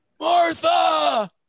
Martha